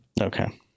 Okay